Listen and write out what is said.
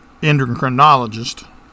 endocrinologist